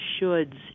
shoulds